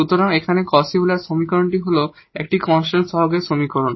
সুতরাং এখানে Cauchy Euler সমীকরণ হল একটি কনস্ট্যান্ট কোইফিসিয়েন্টের সমীকরণ